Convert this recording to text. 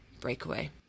breakaway